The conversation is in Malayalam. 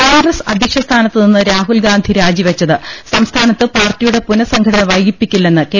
കോൺഗ്രസ് അധ്യക്ഷസ്ഥാനത്തുനിന്ന് രാഹുൽ ഗാന്ധി രാജി വെച്ചത് സംസ്ഥാനത്ത് പാർട്ടിയുടെ പുനഃസംഘടന വൈകിപ്പിക്കില്ലെന്ന് കെ